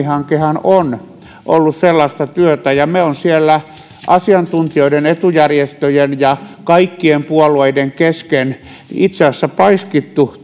hankehan on ollut sellaista työtä ja me olemme siellä asiantuntijoiden etujärjestöjen ja kaikkien puolueiden kesken itse asiassa paiskineet